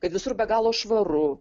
kad visur be galo švaru